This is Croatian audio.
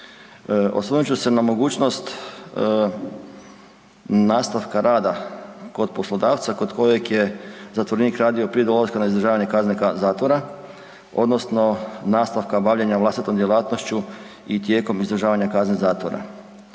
Osvrnut ću se na mogućnost nastavka rada kod poslodavca kod kojeg je zatvorenik radio prije dolaska na izdržavanje kazne zatvora odnosno nastavka bavljenja vlastitom djelatnošću i tijekom izdržavanja kazne zatvora.